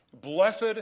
Blessed